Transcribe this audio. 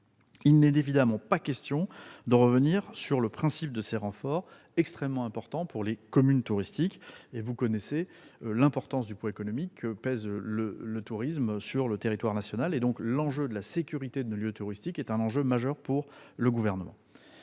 Il n'est évidemment pas question de revenir sur le principe de ces renforts, extrêmement importants pour les communes touristiques. Compte tenu du poids économique du tourisme sur le territoire national, la sécurité de nos lieux touristiques est un enjeu majeur pour le Gouvernement.